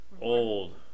old